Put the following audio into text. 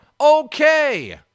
Okay